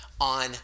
on